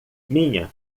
minha